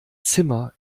zimmer